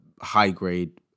high-grade